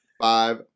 five